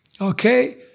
Okay